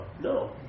No